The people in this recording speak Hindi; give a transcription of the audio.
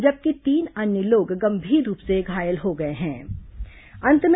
जबकि तीन अन्य लोग गंभीर रूप से घायल हो गए हें